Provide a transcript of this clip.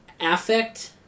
affect